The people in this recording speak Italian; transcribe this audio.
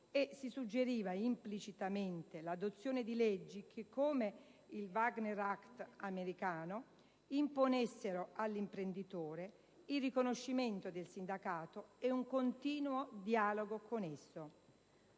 e si suggeriva implicitamente l'adozione di leggi che, come il *Wagner* *Act* americano, imponessero all'imprenditore il riconoscimento del sindacato ed un continuo dialogo con esso.